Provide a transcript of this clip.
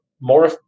more